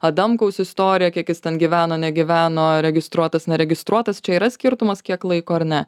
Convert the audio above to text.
adamkaus istorija kiek jis ten gyveno negyveno registruotas neregistruotas čia yra skirtumas kiek laiko ar ne